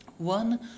One